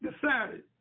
decided